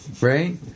right